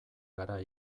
gara